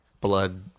blood